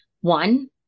one